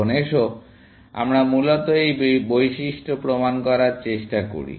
এখন এসো আমরা মূলত এই বৈশিষ্ট্য প্রমাণ করার চেষ্টা করি